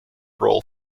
role